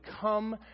come